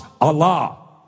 Allah